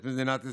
את מדינת ישראל.